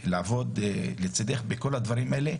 ולעבוד לצדך בכל הדברים האלה,